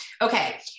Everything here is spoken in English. Okay